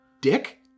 Dick